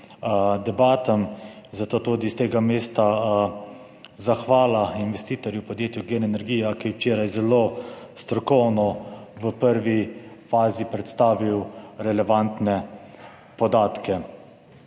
debatam. Zato tudi s tega mesta zahvala investitorju podjetju Gen energija, ki je včeraj zelo strokovno v prvi fazi predstavil relevantne podatke.